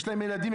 יש להם ילדים,